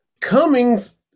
Cummings